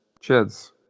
Cheers